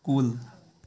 کُل